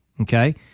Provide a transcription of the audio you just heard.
okay